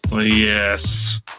yes